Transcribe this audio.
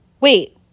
wait